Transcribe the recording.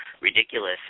ridiculous